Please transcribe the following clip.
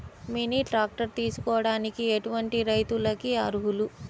Mini tractor తీసుకోవడానికి ఎటువంటి రైతులకి అర్హులు?